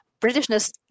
Britishness